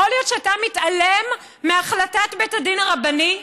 יכול להיות שאתה מתעלם מהחלטת בית הדין הרבני?